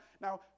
now